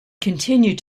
continued